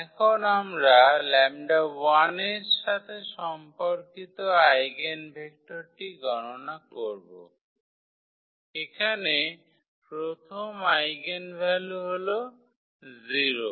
এখন আমরা 𝜆1 এর সাথে সম্পর্কিত আইগেনভেক্টরটি গণনা করব এখানে প্রথম আইগেনভ্যালু হল 0